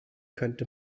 könnte